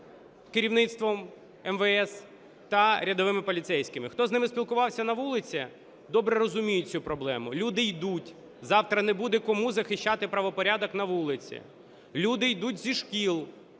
керівництвом МВС та рядовими поліцейськими. Хто з ними спілкувався на вулиці, добре розуміють цю проблему: люди йдуть, завтра не буде кому захищати правопорядок на вулиці. Люди йдуть зі шкіл,